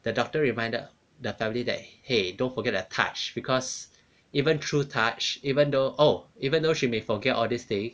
the doctor reminded the family that !hey! don't forget the touch because even through touch even though oh even though she may forget all these thing